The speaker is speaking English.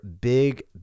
big